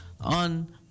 on